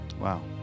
Wow